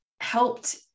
helped